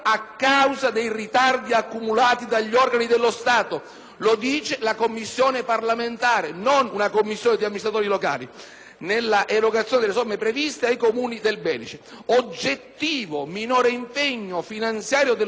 lo dice una Commissione parlamentare, non una commissione di amministratori locali - nell'erogazione delle somme previste ai comuni del Belice ... Oggettivo minore impegno finanziario dello Stato a favore del Belice rispetto ad altre calamità che